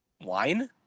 Wine